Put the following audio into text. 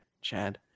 chad